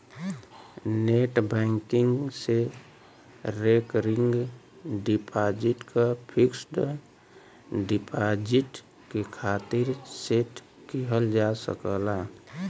net banking से recurring deposit क fixed deposit के खातिर सेट किहल जा सकला